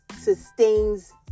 sustains